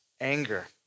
anger